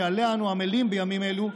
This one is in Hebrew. שעליה אנו עמלים בימים אלו,